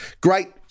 Great